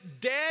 dead